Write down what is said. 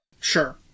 Sure